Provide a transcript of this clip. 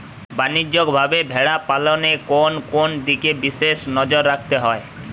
বাণিজ্যিকভাবে ভেড়া পালনে কোন কোন দিকে বিশেষ নজর রাখতে হয়?